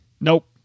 Nope